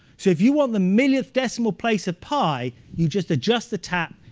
so if you want the millionth decimal place of pi, you just adjust the tap,